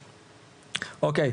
אוקיי.